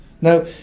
Now